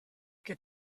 que